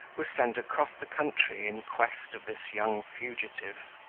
was sent across the country, in quest of this young fugitive.